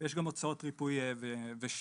ויש גם הוצאות ריפוי ושיקום.